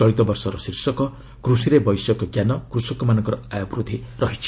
ଚଳିତ ବର୍ଷର ଶୀର୍ଷକ 'କୃଷିରେ ବୈଷୟିକଜ୍ଞାନ କୃଷକମାନଙ୍କର ଆୟ ବୃଦ୍ଧି' ରହିଛି